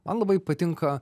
man labai patinka